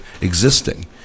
existing